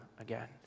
again